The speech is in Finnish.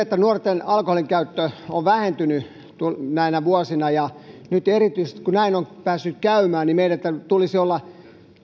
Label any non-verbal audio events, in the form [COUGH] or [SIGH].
[UNINTELLIGIBLE] että nuorten alkoholinkäyttö on vähentynyt näinä vuosina nyt erityisesti kun näin on päässyt käymään meidän tulisi olla